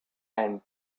and